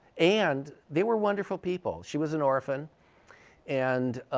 and they were wonderful people. she was an orphan and